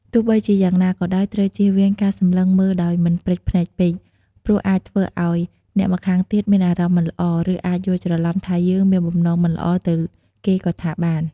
ទោះជាយ៉ាងណាក៏ដោយ ត្រូវចៀសវាងការសម្លឹងមើលដោយមិនព្រិចភ្នែកពេក ព្រោះអាចធ្វើឲ្យអ្នកម្ខាងទៀតមានអារម្មណ៍មិនល្អ ឬអាចយល់ច្រឡំថាយើងមានបំណងមិនល្អទៅគេក៍ថាបាន។